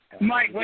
Mike